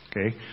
Okay